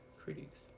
critics